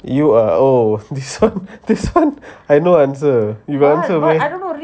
you are oh this one this one I no answer you answer babe